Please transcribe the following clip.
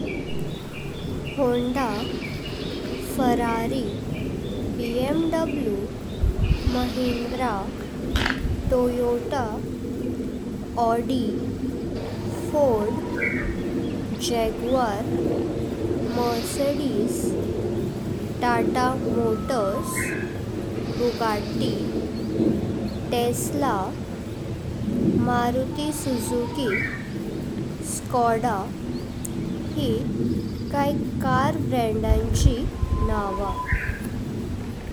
Honda, Ferrari, BMW, Mahindra, Toyota, Audi, Ford, Jaguar, Mercedes, Tata Motors, Bugatti, Tesla, Maruti Suzuki, Skoda हे काई car ब्रँडांची नावं।